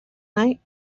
night